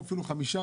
שיבואו אפילו חמישה,